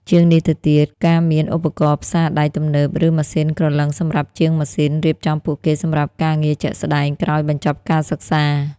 ជាងនេះទៅទៀត ការមានឧបករណ៍ផ្សារដែកទំនើប ឬម៉ាស៊ីនក្រឡឹងសម្រាប់ជាងម៉ាស៊ីន រៀបចំពួកគេសម្រាប់ការងារជាក់ស្តែងក្រោយបញ្ចប់ការសិក្សា។